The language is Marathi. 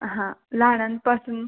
हां लहानांपासून